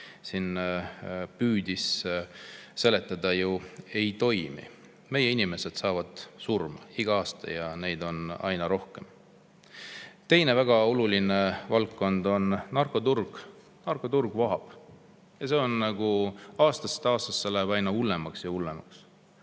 siin püüdis seletada, ei toimi. Meie inimesed saavad surma ja iga aastaga aina rohkem. Teine väga oluline valdkond on narkoturg. Narkoturg vohab ja see läheb aastast aastasse aina hullemaks ja hullemaks.